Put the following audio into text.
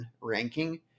ranking